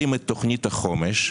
תוכנית החומש,